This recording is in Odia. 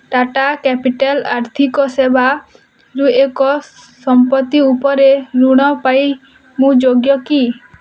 ଟାଟା କ୍ୟାପିଟାଲ୍ ଆର୍ଥିକ ସେବାରୁ ଏକ ସମ୍ପତ୍ତି ଉପରେ ଋଣ ପାଇଁ ମୁଁ ଯୋଗ୍ୟ କି